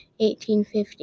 1850